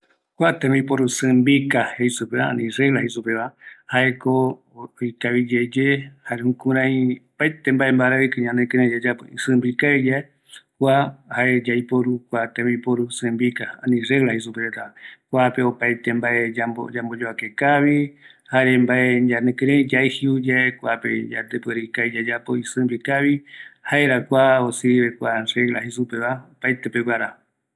Kua simbika reta opaete peguara ikavi, yambojɨmbi vaera mbaeko yayapoyave, kua oataita oyemboevareta guinoïta,